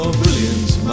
brilliant